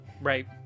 Right